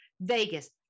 Vegas